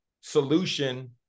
solution